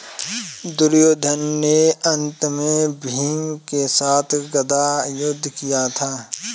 दुर्योधन ने अन्त में भीम के साथ गदा युद्ध किया था